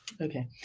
Okay